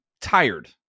tired